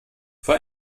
für